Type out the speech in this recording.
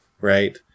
Right